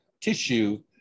tissue